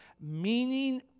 meaning